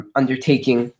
undertaking